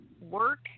work